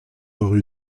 rue